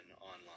online